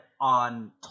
on